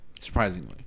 Surprisingly